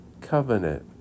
covenant